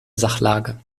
sachlage